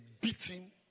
beating